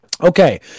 okay